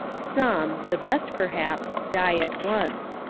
some, the best perhaps, die at once.